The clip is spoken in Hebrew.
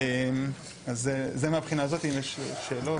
אני שמחה שאתה פה